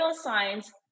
science